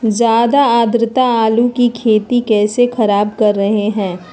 ज्यादा आद्रता आलू की खेती कैसे खराब कर रहे हैं?